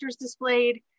displayed